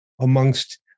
amongst